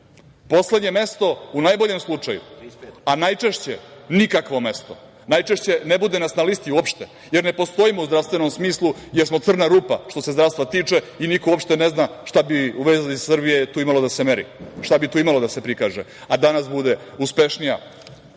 Poslednje mesto, u najboljem slučaju, a najčešće nikakvo mesto, najčešće ne bude nas na listi uopšte, jer ne postojimo u zdravstvenom smislu, jer smo crna rupa, što se zdravstva tiče i niko uopšte ne zna šta bi u vezi Srbije tu imalo da se meri, šta bi tu imalo da se prikaže, a danas bude uspešnija